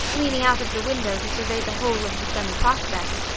leaning out of the window to survey the whole of the sunny prospect.